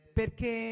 perché